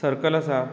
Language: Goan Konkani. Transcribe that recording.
सर्कल आसा